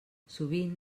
sovint